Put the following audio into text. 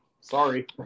sorry